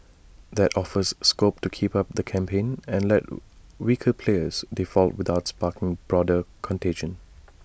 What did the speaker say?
that offers scope to keep up the campaign and let weaker players default without sparking broader contagion